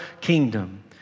kingdom